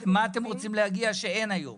למה אתם רוצים להגיע שאין היום?